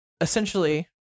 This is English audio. essentially